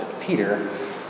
Peter